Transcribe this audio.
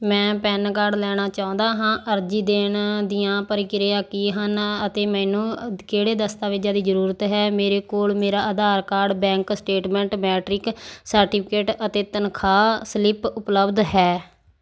ਮੈਂ PAN card ਲੈਣਾ ਚਾਹੁੰਦਾ ਹਾਂ ਅਰਜ਼ੀ ਦੇਣ ਦੀਆਂ ਪ੍ਰਕਿਰਿਆ ਕੀ ਹਨ ਅਤੇ ਮੈਨੂੰ ਕਿਹੜੇ ਦਸਤਾਵੇਜ਼ਾਂ ਦੀ ਜ਼ਰੂਰਤ ਹੈ ਮੇਰੇ ਕੋਲ ਮੇਰਾ Aadhaar card bank statement matric certificate ਅਤੇ ਤਨਖਾਹ ਸਲਿੱਪ ਉਪਲੱਬਧ ਹੈ